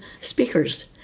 speakers